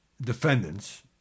defendants